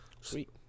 Sweet